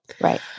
right